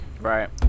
Right